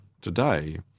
today